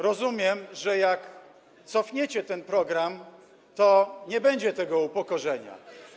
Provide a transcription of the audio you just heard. Rozumiem, że jak cofniecie ten program, to nie będzie tego upokorzenia.